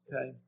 okay